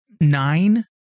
nine